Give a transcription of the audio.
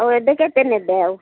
ଆଉ ଏବେ କେବେ ନେବେ ଆଉ